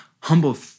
humble